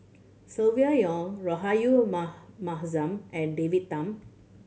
Silvia Yong Rahayu Ma Mahzam and David Tham